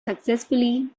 successfully